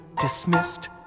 Dismissed